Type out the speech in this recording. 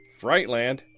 Frightland